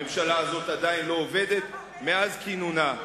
הממשלה הזאת עדיין לא עובדת, מאז כינונה.